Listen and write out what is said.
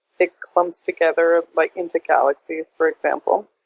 it comes together like into galaxies, for example.